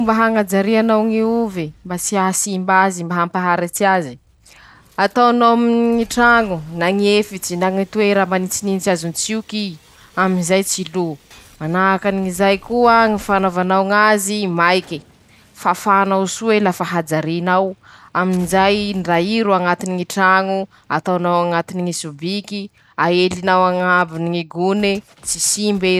Fañajarianao ñy ovy e,mba tsy hahasimba azy, mba hampaharitsy azy: -Ataonao aminy ñy traño, na ñy efitsy na ñy toera manintsinintsy azon-tsioky i,amizay tsy lo ;manahaky anizay koa ñy fanaovanao azy maike, fafanao soa ey lafa hajarinao, amizay ndra i ro añatiny ñy traño, ataonao añatiny ñy sobiky, aelinao añabony ñy gone, tsy simb'ei<…>.